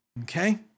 Okay